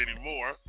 anymore